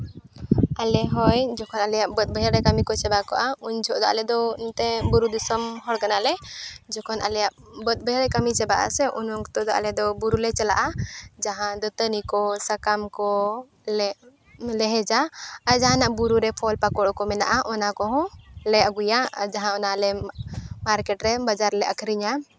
ᱟᱞᱮ ᱦᱳᱭ ᱡᱚᱠᱷᱚᱱ ᱟᱞᱮᱭᱟᱜ ᱵᱟᱹᱫᱽ ᱵᱟᱹᱭᱦᱟᱹᱲ ᱨᱮ ᱠᱟᱹᱢᱤ ᱠᱚ ᱪᱟᱵᱟ ᱠᱚᱜᱼᱟ ᱩᱱ ᱡᱚᱦᱚ ᱫᱚ ᱟᱞᱮ ᱮᱱᱛᱮ ᱵᱩᱨᱩ ᱫᱤᱥᱚᱢ ᱦᱚᱲ ᱠᱟᱱᱟᱞᱮ ᱡᱚᱠᱷᱚᱱ ᱟᱞᱮᱭᱟᱜ ᱵᱟᱹᱫᱽ ᱵᱟᱹᱭᱦᱟᱹᱲ ᱠᱟᱹᱢᱤ ᱪᱟᱵᱟᱜ ᱟᱥᱮ ᱩᱱ ᱚᱠᱛᱚ ᱫᱚ ᱟᱞᱮ ᱫᱚ ᱵᱩᱨᱩ ᱞᱮ ᱪᱟᱞᱟᱜᱼᱟ ᱡᱟᱦᱟᱸ ᱫᱟᱹᱛᱟᱹᱱᱤ ᱠᱚ ᱥᱟᱠᱟᱢ ᱠᱚ ᱞᱮ ᱦᱮᱡᱟ ᱟᱨ ᱡᱟᱦᱟᱱᱟ ᱵᱩᱨᱩ ᱨᱮ ᱯᱷᱚᱞ ᱯᱟᱠᱚᱲ ᱠᱚ ᱢᱮᱱᱟᱜᱼᱟ ᱚᱱᱟ ᱠᱚᱦᱚᱸ ᱞᱮ ᱟᱹᱜᱩᱭᱟ ᱟᱨ ᱡᱟᱦᱟᱸ ᱚᱱᱟ ᱞᱮ ᱢᱟᱨᱠᱮᱴ ᱨᱮ ᱵᱟᱡᱟᱨ ᱨᱮᱞᱮ ᱟᱹᱠᱷᱨᱤᱧᱟ